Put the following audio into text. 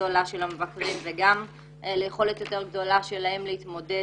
גדולה של המבקרים וגם ליכולת יותר גדולה שלהם להתמודד